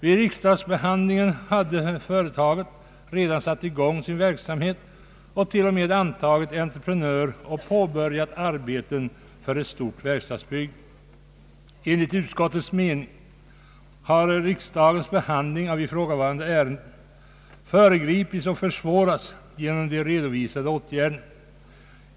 Vid riksdagsbehandlingen hade företaget redan satt i gång sin verksamhet och t.o.m. antagit entreprenör och påbörjat arbeten för ett stort verkstadsbygge. Enligt utskottets mening har riksdagens behandling av ifrågavarande ärenden föregripits och försvårats genom de redovisade åtgärderna.